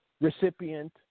recipient